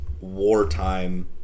wartime